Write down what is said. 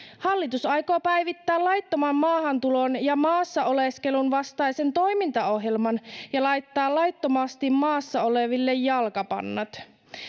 hallitus aikoo päivittää laittoman maahantulon ja maassa oleskelun vastaisen toimintaohjelman ja laittaa laittomasti maassa oleville jalkapannat